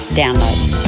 downloads